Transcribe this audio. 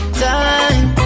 time